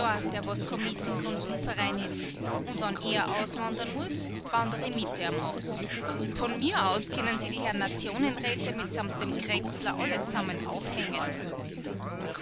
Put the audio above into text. der was kommis im konsumverein is und wann er auswandern muß wander i mit ihm aus von mir aus können sich die herrn nationenräte mitsamt dem kränzler alle zusammen aufhängen